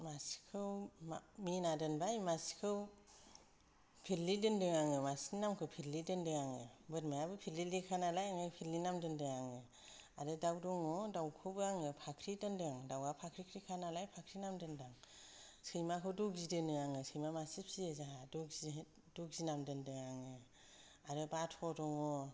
मासेखौ मिना दोनबाय मासेखौ फिल्लि दोनदों आङो मासेनि नामखौ फिल्लि दोनदों आङो बोरमायाबो फिल्लिलिखा नालाय ओंखायनो फिल्लि नाम दोनदों आङो आरो दाउ दङ दाउखौबो आङो फाख्रि दोनदों दाउआ फाख्रिख्रिखा नालाय फाख्रि नाम दोनदों सैमाखौथ' बिदिनो आं सैमा मासे फिसियो जोंहा दगि दगि नाम दोनदों आङो आरो बाथ' दङ